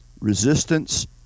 Resistance